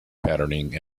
patterning